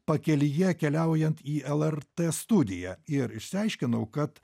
pakelyje keliaujant į lrt studiją ir išsiaiškinau kad